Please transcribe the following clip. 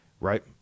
right